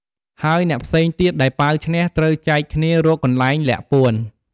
ហើយអ្នកផ្សេងទៀតដែលប៉ាវឈ្នះ ត្រូវចែកគ្នារកកន្លែងលាក់ពួន។